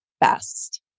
best